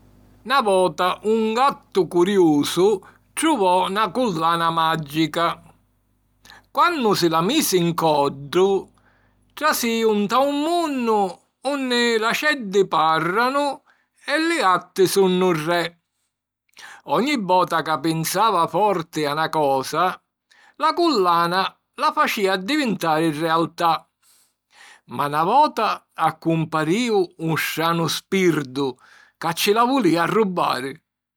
Na vota un gattu curiusu truvò na cullana màgica. Quannu si la misi ‘n coddu, trasìu nta un munnu unni l'aceddi pàrranu e li gatti sunnu re. Ogni vota ca pinsava forti a na cosa, la cullana la facìa addivintari realtà. Ma na vota accumparìu un stranu spirdu ca ci la vulìa arrubbari.